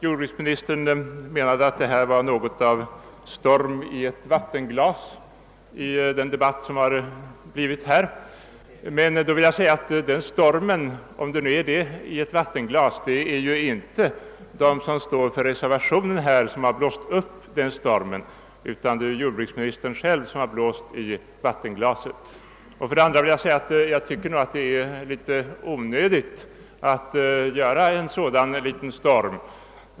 Jordbruksministern sade att den debatt som uppstått skulle vara något av en storm i ett vattenglas. Jag vill säga att de som står för reservationen inte har blåst upp den stormen — om det nu är en sådan — utan jordbruksministern har själv blåst i vattenglaset. Dessutom anser jag att det är onödigt att förorsaka en sådan liten storm.